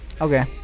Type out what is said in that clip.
Okay